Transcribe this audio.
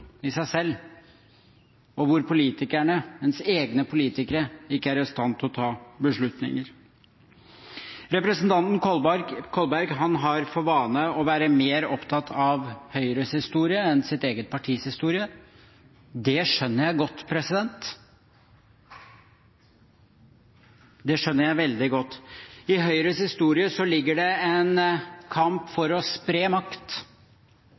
i seg selv, og hvor ens egne politikere ikke er i stand til å ta beslutninger. Representanten Kolberg har for vane å være mer opptatt av Høyres historie enn av sitt eget partis historie. Det skjønner jeg godt – det skjønner jeg veldig godt. I Høyres historie ligger det en kamp for å spre makt,